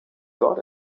got